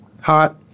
hot